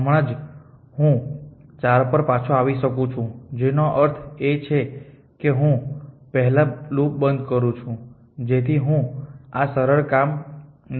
હમણાં જ હું 4 પર પાછો આવી શકું છું જેનો અર્થ એ છે કે હું પહેલા લૂપ બંધ કરું છું જેથી હું આ સરળ કામ ન કરી શકું